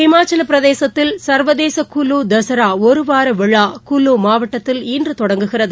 இமாச்சலப் பிரதேசத்தில் சங்வதேச குலு தசராஒருவாரவிழா குலு மாவட்டத்தில் இன்றதொடங்குகிறது